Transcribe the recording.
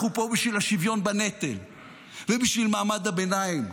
אנחנו פה בשביל השוויון בנטל ובשביל מעמד הביניים,